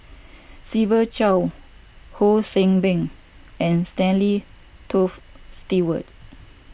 Siva Choy Ho See Beng and Stanley Toft Stewart